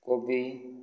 କୋବି